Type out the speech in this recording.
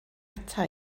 ata